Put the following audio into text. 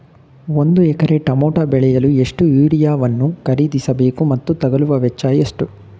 ಒಂದು ಎಕರೆ ಟಮೋಟ ಬೆಳೆಯಲು ಎಷ್ಟು ಯೂರಿಯಾವನ್ನು ಖರೀದಿಸ ಬೇಕು ಮತ್ತು ತಗಲುವ ವೆಚ್ಚ ಎಷ್ಟು?